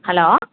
hello